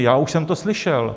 Já už jsem to slyšel.